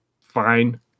fine